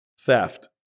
theft